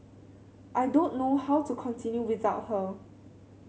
I don't know how to continue without her